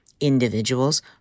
individuals